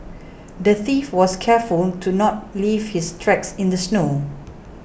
the thief was careful to not leave his tracks in the snow